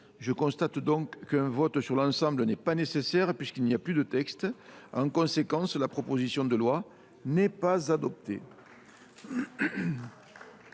je constate qu’un vote sur l’ensemble n’est pas nécessaire, puisqu’il n’y a plus de texte. En conséquence, la proposition de loi n’est pas adoptée.